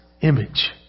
image